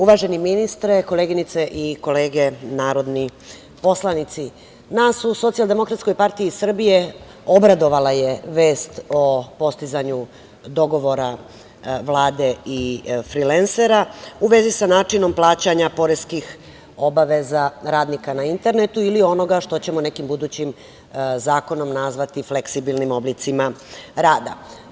Uvaženi ministre, koleginice i kolege narodni poslanici, nas u SDPS-u obradovala je vest o postizanju dogovora Vlade i frilensera u vezi sa načinom plaćanja poreskih obaveza radnika na internetu ili onoga što ćemo nekim budućim zakonom nazvati fleksibilnim oblicima rada.